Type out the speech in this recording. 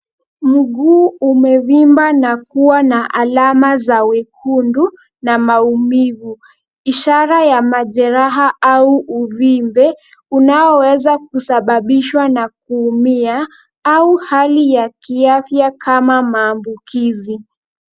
Mguu umevimba na kuwa na alama za wekundu na maumivu, ishara ya majereha au uvimbe unaoweza kusababishwa na kuumia au hali ya kiafya kama maambukizi.